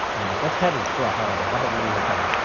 that's heavy for a holiday. how about we'll leave it at that?